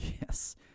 Yes